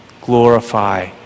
Glorify